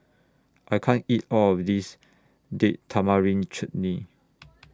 I can't eat All of This Date Tamarind Chutney